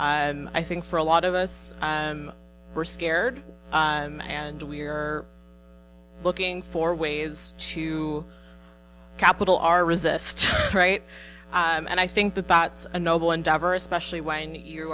i think for a lot of us we're scared and we are looking for ways to capital our resist right and i think that that's a noble endeavor especially when you